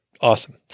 Awesome